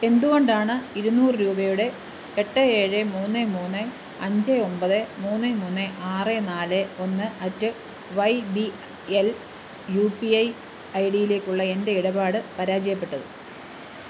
എന്തുകൊണ്ടാണ് ഇരുന്നൂറ് രൂപയുടെ എട്ട് ഏഴ് മൂന്ന് മൂന്ന് അഞ്ച് ഒമ്പത് മൂന്ന് മൂന്ന് ആറ് നാല് ഒന്ന് at Y B L U P I I D യിലേക്കുള്ള എൻ്റെ ഇടപാട് പരാജയപ്പെട്ടത്